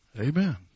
amen